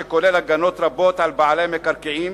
שכולל הגנות רבות על בעלי מקרקעין